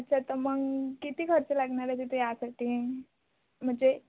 अच्छा तर मग किती खर्च लागणार आहे तिथे यासाठी म्हणजे